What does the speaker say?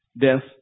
death